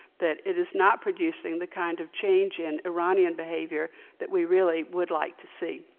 that it is not producing the kind of changing in iranian behavior that we really would like to see.